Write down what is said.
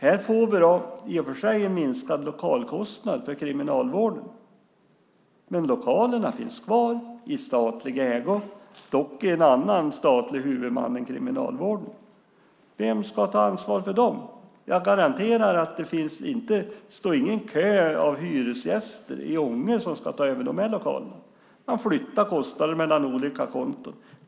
Här får vi i och för sig en minskad lokalkostnad för Kriminalvården, men lokalerna finns kvar i statlig ägo, dock med en annan statlig huvudman än Kriminalvården. Vem ska ta ansvar för dem? Jag garanterar att det inte finns någon kö av hyresgäster i Ånge som ska ta över de här lokalerna! Man flyttar kostnader mellan olika konton.